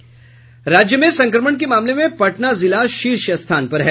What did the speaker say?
राज्य में संक्रमण के मामले में पटना जिला शीर्ष स्थान पर है